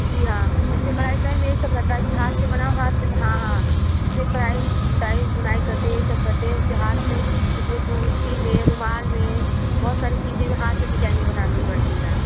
जी हाँ जिस से कढ़ाई बुनाई में यह सब रहता है कि हाथ से हाथ से भी हाँ हाँ उस पर कढ़ाई डाई बुनाई करते हैं यह सब करते हैं उस पर हाथ से उस में कुर्ती में रुमाल में बहुत सारी चीज़ें जो हाथ से डिजाईनें बनानी पड़ती हैं